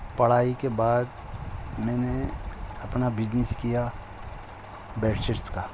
پڑھائی کے بعد میں نے اپنا بجنس کیا بیڈ شیٹس کا